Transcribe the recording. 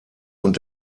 und